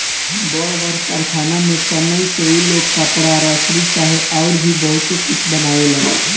बड़ बड़ कारखाना में सनइ से उ लोग कपड़ा, रसरी चाहे अउर भी बहुते कुछ बनावेलन